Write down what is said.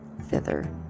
thither